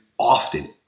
often